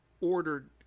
ordered